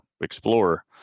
Explorer